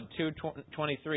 2.23